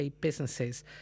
businesses